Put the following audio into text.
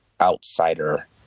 outsider